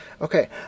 Okay